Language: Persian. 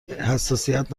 حساسیت